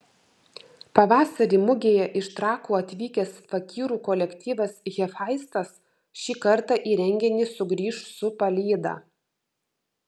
pavasarį mugėje iš trakų atvykęs fakyrų kolektyvas hefaistas šį kartą į renginį sugrįš su palyda